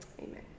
Amen